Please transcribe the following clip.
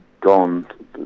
gone